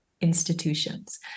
institutions